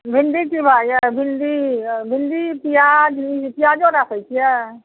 भिण्डी की भाव यऽ भिण्डी भिण्डी प्याज प्याजो राखैत छियै